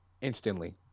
instantly